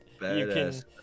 badass